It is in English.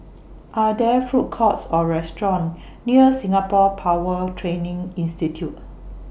Are There Food Courts Or restaurants near Singapore Power Training Institute